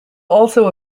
also